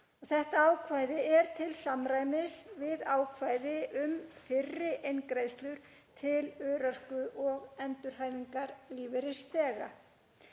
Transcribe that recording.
Þetta ákvæði er til samræmis við ákvæði um fyrri eingreiðslur til örorku- og endurhæfingarlífeyrisþega.